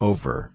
Over